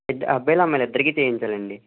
ఇద్ అబ్బాయిలు అమ్మాయిలు ఇద్దరికీ చెయ్యించాలండి